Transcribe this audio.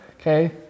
Okay